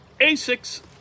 Asics